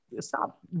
stop